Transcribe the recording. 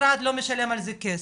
משרד לא משלם על זה כסף,